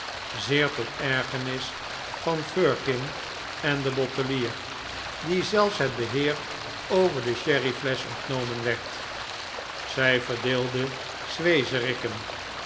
zeer tot ergernis van firkin en den bottelier dien zelfs het beheer over de sherryflesch ontnomen werd zij verdeelde